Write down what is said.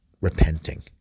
repenting